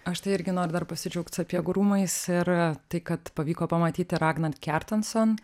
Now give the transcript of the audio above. aš tai irgi noriu dar pasidžiaugt sapiegų rūmais ir tai kad pavyko pamatyti ragnant kertanson